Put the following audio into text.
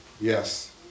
Yes